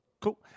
Cool